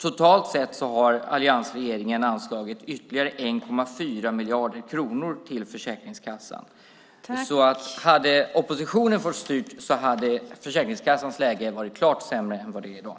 Totalt har alliansregeringen anslagit ytterligare 1,4 miljarder kronor till Försäkringskassan. Om oppositionen hade fått styra skulle Försäkringskassans läge alltså ha varit klart sämre än i dag.